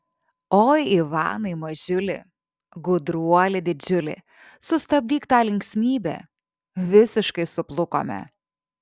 oi ivanai mažiuli gudruoli didžiuli sustabdyk tą linksmybę visiškai suplukome